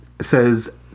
says